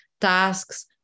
tasks